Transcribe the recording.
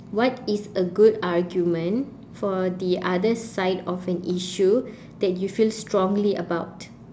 what is a good argument for the other side of an issue that you feel strongly about